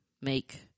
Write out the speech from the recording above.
make